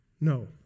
No